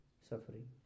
suffering